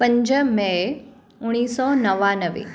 पंज मै उणिवीह सौ नवानवे